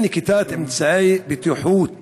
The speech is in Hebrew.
עם נקיטת אמצעי בטיחות